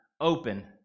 open